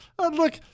Look